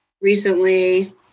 recently